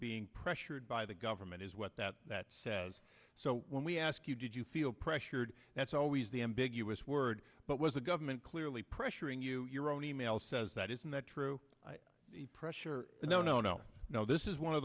being pressured by the government is what that that says so when we ask you did you feel pressured that's always the ambiguous word but was the government clearly pressuring you your own e mail says that isn't that true pressure no no no no this is one of